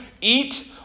eat